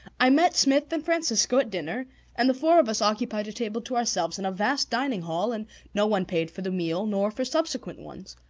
i met smith and francisco at dinner and the four of us occupied a table to ourselves in a vast dining hall, and no one paid for the meal nor for subsequent ones.